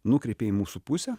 nukreipė į mūsų pusę